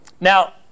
now